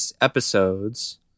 episodes